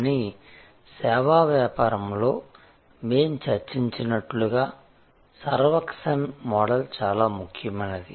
కానీ సేవా వ్యాపారంలో మేం చర్చించినట్లుగా సర్వక్షన్ మోడల్ చాలా ముఖ్యమైనది